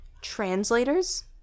translators